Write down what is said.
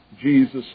Jesus